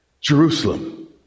Jerusalem